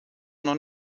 noch